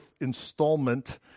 installment